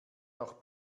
noch